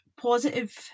positive